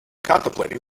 contemplating